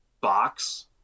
box